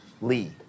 Lee